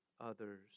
others